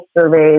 surveys